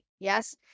Yes